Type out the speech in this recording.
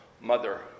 mother